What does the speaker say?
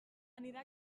anirà